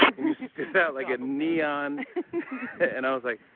and you stood out like a neon and i was like,